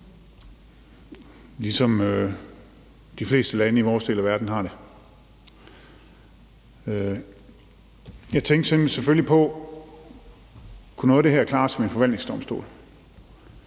ligesom de fleste lande i vores del af verden har det. Jeg tænkte selvfølgelig på, om noget af det her kunne klares med en forvaltningsdomstol.